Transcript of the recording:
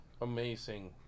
amazing